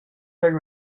per